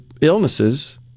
illnesses